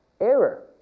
error